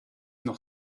noch